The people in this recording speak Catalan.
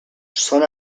són